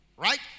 Right